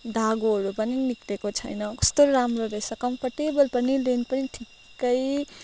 धागोहरू पनि निक्लेको छैन कस्तो राम्रो रहेछ कम्फर्टेबल पनि लेन्थ पनि ठिक्कै